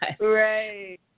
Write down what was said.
Right